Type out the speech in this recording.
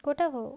quota for who